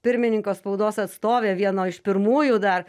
pirmininko spaudos atstovė vieno iš pirmųjų dar